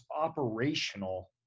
operational